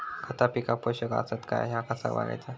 खता पिकाक पोषक आसत काय ह्या कसा बगायचा?